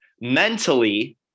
mentally